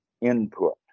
input